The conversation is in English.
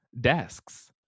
desks